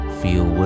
feel